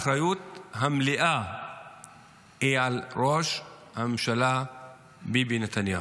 האחריות המלאה היא על ראש הממשלה ביבי נתניהו.